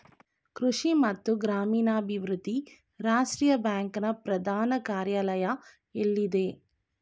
ಕೃಷಿ ಮತ್ತು ಗ್ರಾಮೀಣಾಭಿವೃದ್ಧಿ ರಾಷ್ಟ್ರೀಯ ಬ್ಯಾಂಕ್ ನ ಪ್ರಧಾನ ಕಾರ್ಯಾಲಯ ಎಲ್ಲಿದೆ?